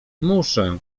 muszę